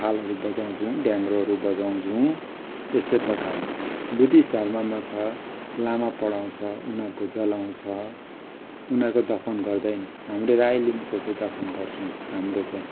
थालहरू बजाउछौँ ढ्याङ्ग्रोहरू बजाउछौँ यस्तै प्रकारले बुद्धिस्ट धर्ममा छ लामा पढाउँछ उनीहरूको जलाउँछ उनीहरूको दफन गर्दैन हाम्रो राई लिम्बूको चाहिँ दफन गर्छौँ हाम्रो चाहिँ